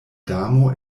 damo